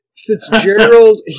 Fitzgerald